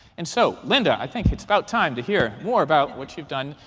and so linda, i think it's about time to hear more about what you've done.